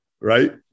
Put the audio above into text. right